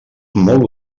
molt